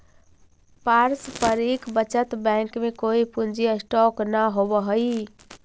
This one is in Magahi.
पारस्परिक बचत बैंक में कोई पूंजी स्टॉक न होवऽ हई